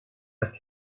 ask